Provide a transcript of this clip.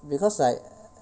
because like